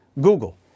Google